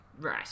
Right